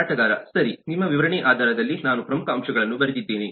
ಮಾರಾಟಗಾರ ಸರಿ ನಿಮ್ಮ ವಿವರಣೆಯ ಆಧಾರದಲ್ಲಿ ನಾನು ಪ್ರಮುಖ ಅಂಶಗಳನ್ನು ಬರೆದಿದ್ದೇನೆ